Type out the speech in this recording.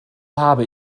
habe